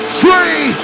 three